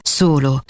solo